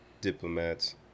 diplomats